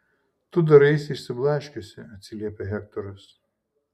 tu daraisi išsiblaškiusi atsiliepia hektoras